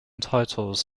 titles